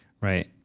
right